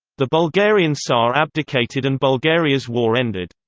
the bulgarian czar abdicated and bulgaria's war ended.